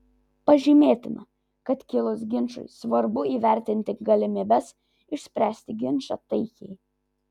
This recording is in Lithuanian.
pažymėtina kad kilus ginčui svarbu įvertinti galimybes išspręsti ginčą taikiai